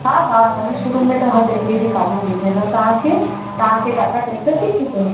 हा हा असांजे शोरुम में त हरु तरीके जूं कारियूं मिली वेंदव तांखे तव्हांखे टाटा टैक्सस ई खपे